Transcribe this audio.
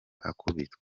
akubitwa